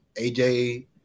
AJ